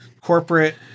corporate